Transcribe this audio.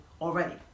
already